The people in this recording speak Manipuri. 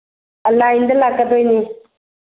ꯑꯥ ꯂꯥꯏꯟꯗ ꯂꯥꯛꯀꯗꯣꯏꯅꯤ